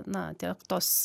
na tiek tos